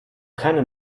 keinen